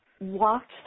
walked